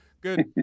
Good